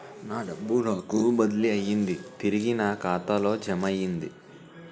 నా డబ్బు నాకు బదిలీ అయ్యింది తిరిగి నా ఖాతాకు జమయ్యింది